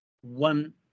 one